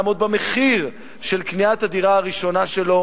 לעמוד במחיר של קניית הדירה הראשונה שלו.